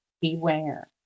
Beware